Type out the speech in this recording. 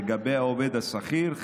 לגבי העובד השכיר,